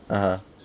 (uh huh)